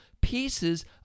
pieces